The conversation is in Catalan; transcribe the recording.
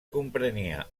comprenia